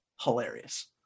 hilarious